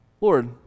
Lord